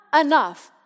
enough